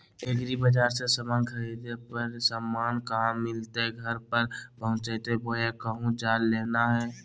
एग्रीबाजार से समान खरीदे पर समान कहा मिलतैय घर पर पहुँचतई बोया कहु जा के लेना है?